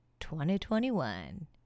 2021